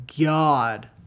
God